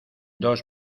dos